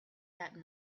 that